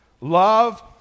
love